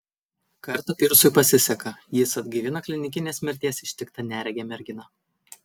kartą pyrsui pasiseka jis atgaivina klinikinės mirties ištiktą neregę merginą